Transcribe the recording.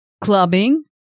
Clubbing